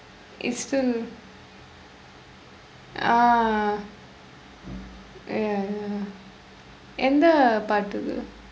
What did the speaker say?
it's still ah ya ya எந்த பாட்டுக்கு:endtha paattukku